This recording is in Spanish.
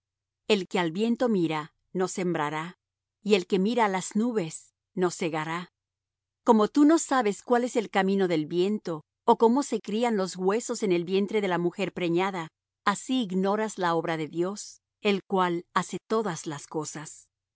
el que al viento mira no sembrará y el que mira á las nubes no segará como tú no sabes cuál es el camino del viento ó como se crían los huesos en el vientre de la mujer preñada así ignoras la obra de dios el cual hace todas las cosas